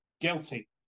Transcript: guilty